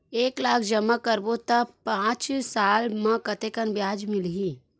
एक लाख जमा करबो त पांच साल म कतेकन ब्याज मिलही?